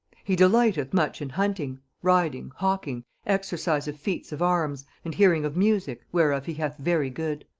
he delighteth much in hunting, riding, hawking, exercise of feats of arms, and hearing of music, whereof he hath very good.